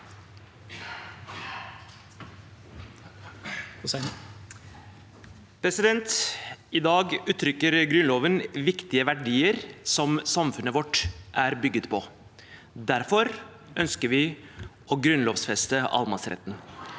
I dag uttrykker Grunnloven viktige verdier som samfunnet vårt er bygd på. Derfor ønsker vi å grunnlovfeste allemannsretten.